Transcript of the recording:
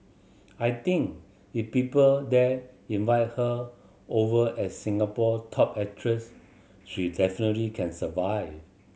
I think if people there invited her over as Singapore top actress she definitely can survive